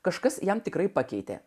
kažkas jam tikrai pakeitė